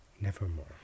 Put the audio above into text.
Nevermore